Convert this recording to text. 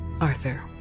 Arthur